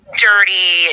dirty